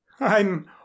I'm